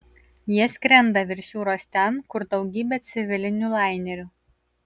jie skrenda virš jūros ten kur daugybė civilinių lainerių